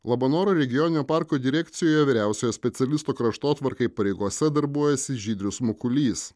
labanoro regioninio parko direkcijoje vyriausiojo specialisto kraštotvarkai pareigose darbuojasi žydrius mukulys